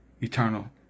eternal